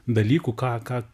dalykų ką ką